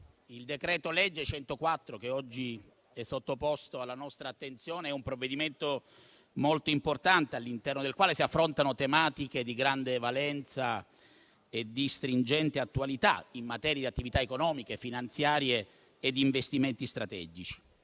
il decreto-legge n. 104, che oggi è sottoposto alla nostra attenzione, è un provvedimento molto importante, all'interno del quale si affrontano tematiche di grande valenza e di stringente attualità in materia di attività economiche, finanziarie e di investimenti strategici.